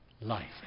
life